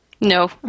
No